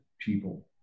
people